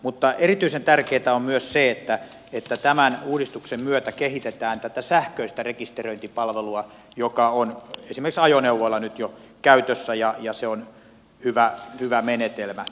mutta erityisen tärkeätä on myös se että tämän uudistuksen myötä kehitetään tätä sähköistä rekisteröintipalvelua joka on esimerkiksi ajoneuvoilla nyt jo käytössä ja se on hyvä menetelmä